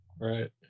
Right